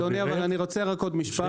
אדוני, אבל אני רוצה רק עוד משפט.